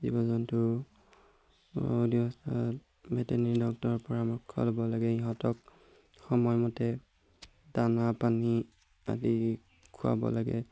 জীৱ জন্তু ভেটেনেৰি ডক্তৰৰ পৰামৰ্শ ল'ব লাগে ইহঁতক সময়মতে দানা পানী আদি খুৱাব লাগে